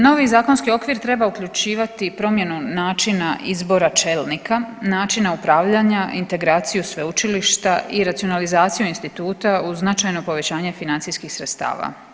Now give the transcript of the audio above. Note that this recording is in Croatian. Novi zakonski okvir treba uključivati promjenu načina izbora čelnika, načina upravljanja, integraciju sveučilišta i racionalizaciju instituta uz značajno povećanje financijskih sredstava.